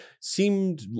seemed